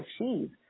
achieve